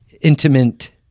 intimate